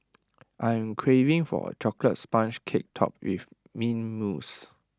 I am craving for A Chocolate Sponge Cake Topped with Mint Mousse